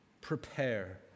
Prepare